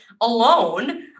alone